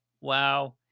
wow